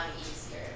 Easter